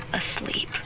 asleep